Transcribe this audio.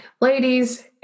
Ladies